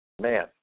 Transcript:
Man